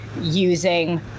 using